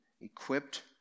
equipped